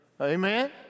Amen